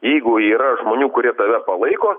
jeigu yra žmonių kurie tave palaiko